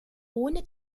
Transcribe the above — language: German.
ohne